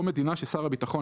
או מדינה ששר הביטחון,